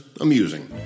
amusing